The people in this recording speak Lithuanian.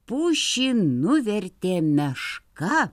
pušį nuvertė meška